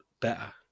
better